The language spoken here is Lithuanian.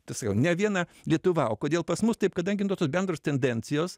tai sakau ne viena lietuva o kodėl pas mus taip kadangi nuo tos bendros tendencijos